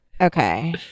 okay